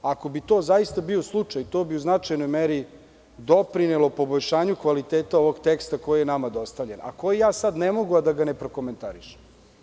Ako bi to zaista bioslučaj to bi u značajnoj meri doprinelo poboljšanju kvaliteta ovog teksta koji je nama dostavljen, a koji ne mogu da neprokomentarišem.